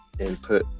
input